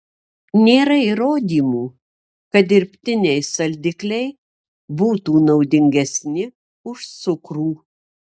nėra įrodymų kad dirbtiniai saldikliai būtų naudingesni už cukrų